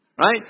right